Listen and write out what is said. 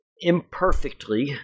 imperfectly